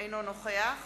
אינו נוכח